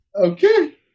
okay